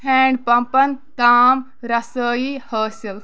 hand پمپَن تام رسٲئی حٲصِل